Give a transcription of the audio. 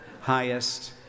highest